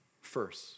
First